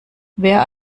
wer